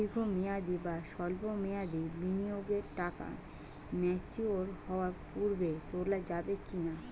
দীর্ঘ মেয়াদি বা সল্প মেয়াদি বিনিয়োগের টাকা ম্যাচিওর হওয়ার পূর্বে তোলা যাবে কি না?